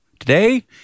Today